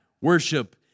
worship